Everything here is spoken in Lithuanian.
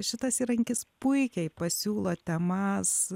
šitas įrankis puikiai pasiūlo temas